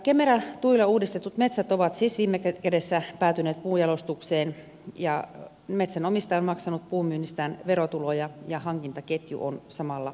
kemera tuilla uudistetut metsät ovat siis viime kädessä päätyneet puunjalostukseen ja metsänomistaja on maksanut puunmyynnistään verotuloja ja hankintaketju on samalla työllistynyt